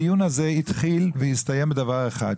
הדיון הזה התחיל והסתיים בדבר אחד,